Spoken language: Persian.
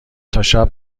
تاشب